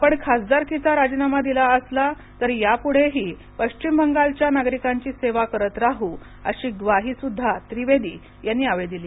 आपण खासदारकीचा राजीनामा दिला असला तरी यापुढेहि पश्चिम बंगालच्या नागरिकांची सेवा करत राहू अशी ग्वाही सुद्धा त्रिवेदी यांनी यावेळी दिली